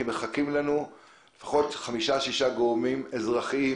כי מחכים לנו לפחות חמישה-שישה גורמים אזרחיים